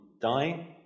dying